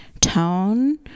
tone